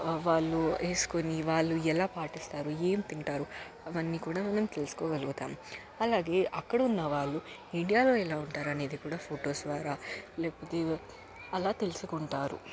వాళ్ళు వేసుకొని వాళ్ళు ఎలా పాటిస్తారు ఏం తింటారు అవన్నీ కూడా మనం తెలుసుకోగలుతాము అలాగే అక్కడ ఉన్న వాళ్ళు ఇండియాలో ఎలా ఉంటారు అనేది కూడా ఫొటోస్ ద్వారా లేకపోతే అలా తెలుసుకుంటారు